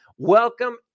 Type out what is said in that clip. Welcome